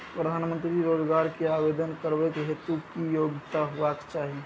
प्रधानमंत्री रोजगार के आवेदन करबैक हेतु की योग्यता होबाक चाही?